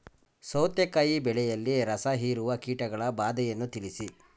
ಸೌತೆಕಾಯಿ ಬೆಳೆಯಲ್ಲಿ ರಸಹೀರುವ ಕೀಟಗಳ ಬಾಧೆಯನ್ನು ತಿಳಿಸಿ?